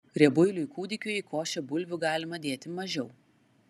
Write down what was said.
riebuiliui kūdikiui į košę bulvių galima dėti mažiau